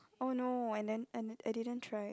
oh no I I I didn't try